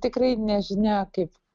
tikrai nežinia kaip